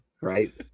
right